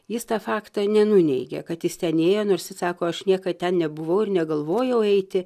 jis tą faktą nenuneigia kad jis ten ėjo nors jis sako aš niekad ten nebuvau ir negalvojau eiti